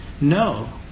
no